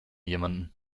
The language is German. jemanden